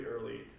early